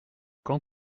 quand